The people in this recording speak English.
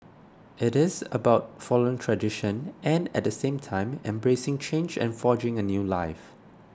it is about following tradition and at same time embracing change and forging a new life